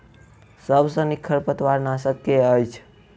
सबसँ नीक खरपतवार नाशक केँ अछि?